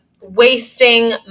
wasting